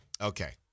Okay